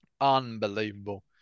unbelievable